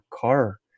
car